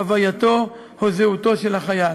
הווייתו או זהותו של החייל.